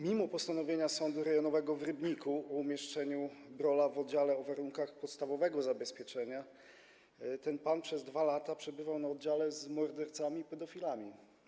Mimo postanowienia Sądu Rejonowego w Rybniku o umieszczeniu Brolla w oddziale o warunkach podstawowego zabezpieczenia ten pan przez 2 lata przebywał na oddziale z mordercami i pedofilami.